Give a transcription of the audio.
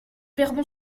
verdon